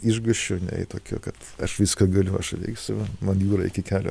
išgąsčio nei tokio kad aš viską galiu aš įveiksiu man jūra iki kelių